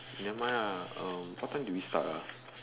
nevermind ah uh what time did we start ah